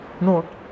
Note